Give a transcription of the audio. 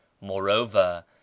moreover